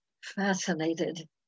fascinated